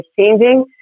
changing